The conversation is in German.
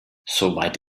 soweit